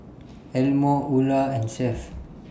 Elmore Ula and Seth